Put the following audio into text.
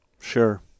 Sure